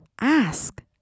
Ask